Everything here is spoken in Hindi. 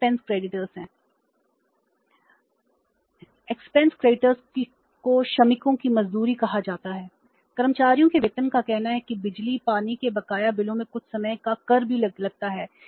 एक्सपेंस क्रेडिटर्स क्या है